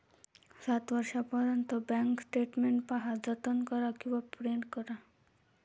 सात वर्षांपर्यंत bank statement पहा, जतन करा किंवा प्रिंट करा